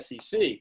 SEC